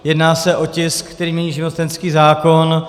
Jedná se o tisk, který mění živnostenský zákon.